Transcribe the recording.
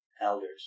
elders